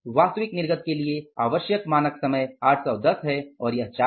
वास्तविक निर्गत के लिए आवश्यक मानक समय 810 है और यह 4 है